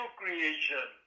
creation